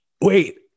wait